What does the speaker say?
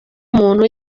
muntu